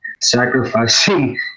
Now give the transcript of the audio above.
sacrificing